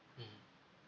mmhmm